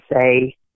say